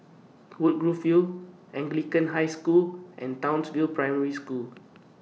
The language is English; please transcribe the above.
Woodgrove View Anglican High School and Townsville Primary School